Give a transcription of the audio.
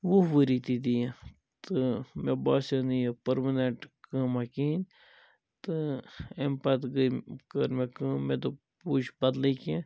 وُہ ؤری تہِ دِیہِ تہٕ مےٚ باسیٛو نہٕ یہِ پٔرمِنیٚنٛٹ کٲماہ کِہیٖنۍ تہٕ اَمہِ پَتہٕ گے کٔر مےٚ کٲم مےٚ دوٚپ بہٕ وُچھہٕ بَدلٕے کیٚنٛہہ